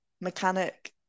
mechanic